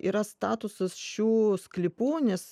yra statusas šių sklypų nes